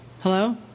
Hello